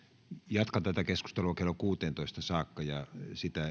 jatkan tätä keskustelua kello kuusitoista saakka ja sitä